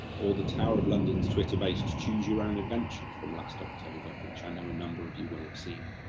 or the tower of london's twitter-based choose your own adventure from last october which i know a number of you will have seen.